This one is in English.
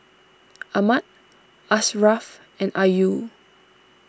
Ahmad Ashraff and Ayu